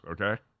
okay